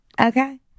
Okay